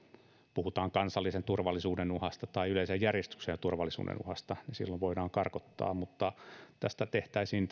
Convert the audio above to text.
puhutaan kansallisen turvallisuuden uhasta tai yleensä järjestyksen ja turvallisuuden uhasta silloin voidaan karkottaa mutta tässä karkottamisesta tehtäisiin